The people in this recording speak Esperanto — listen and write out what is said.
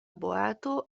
boato